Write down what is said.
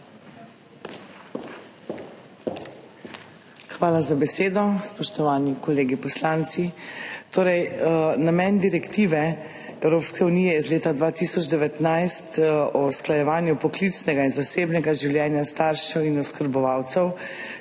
Hvala za besedo. Spoštovani kolegi poslanci! Namen direktive Evropske unije iz leta 2019 o usklajevanju poklicnega in zasebnega življenja staršev in oskrbovalcev,